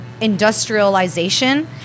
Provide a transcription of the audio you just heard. industrialization